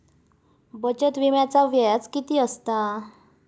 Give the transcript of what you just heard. बचत विम्याचा व्याज किती असता?